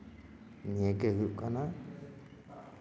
ᱱᱤᱭᱟᱹᱜᱮ ᱦᱩᱭᱩᱜ ᱠᱟᱱᱟ